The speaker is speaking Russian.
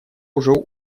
уже